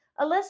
Alyssa